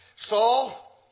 Saul